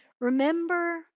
Remember